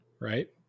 right